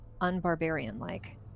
unbarbarian-like